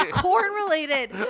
corn-related